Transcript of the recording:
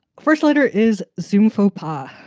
first letter is zoome faux pas.